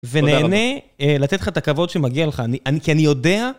ונהנה, לתת לך את הכבוד שמגיע לך, כי אני יודע...